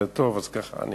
זה טוב, אז ככה אני